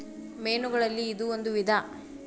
ಮೇನುಗಳಲ್ಲಿ ಇದು ಒಂದ ವಿಧಾ